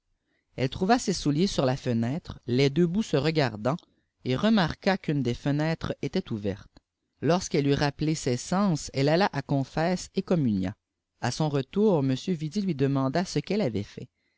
elle trouva ses souliers sur la fenêtre les deux bouts se regardant et remarqua qu'une des fenêtres était ouverte lorsqu'elle eut rappelé ses sens elle alla à confesse et communia à son retour m yidi lui demanda ce qu'elle vivait fait